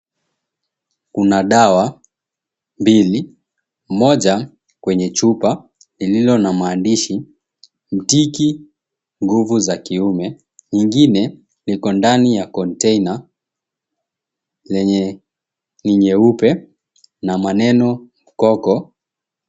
Kuna dawa mbili, moja kwenye chupa lililo na maandishi mtiki nguvu za kiume ingine iko ndani ya konteina yenye ni nyeupe na maneno gogo.